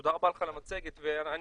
תודה רבה לך על המצגת ואני